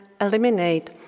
eliminate